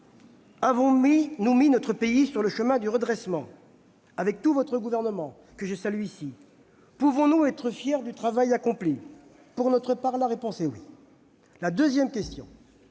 Avons-nous mis notre pays sur le chemin du redressement avec tout votre gouvernement, que je salue ici ? Pouvons-nous être fiers du travail accompli ? Pour nous, la réponse est « oui ». Ensuite,